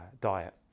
diet